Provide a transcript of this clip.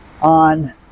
on